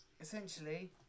Essentially